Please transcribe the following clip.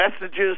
messages